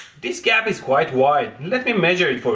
this gap is quite wide. let me measure it for